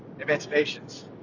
Emancipations